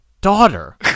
daughter